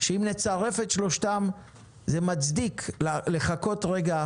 שאם נצרף את שלושתם זה מצדיק לחכות רגע